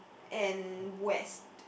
and west